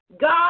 God